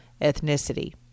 ethnicity